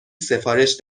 سفارش